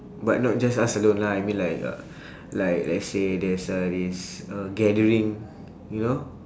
but not just us alone lah I mean like uh like let's say there's a is uh gathering you know